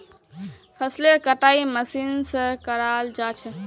फसलेर कटाई मशीन स कराल जा छेक